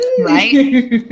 Right